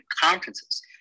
conferences